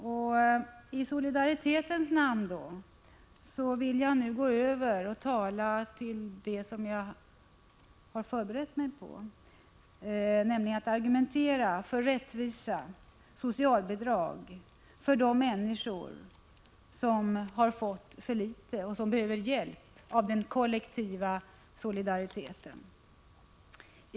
Jag vill sedan gå över till det jag avsåg att tala om och skall då i solidaritetens namn argumentera för rättvisa socialbidrag till de människor som har fått för litet och som behöver hjälp av den kollektiva solidariteten.